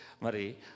Marie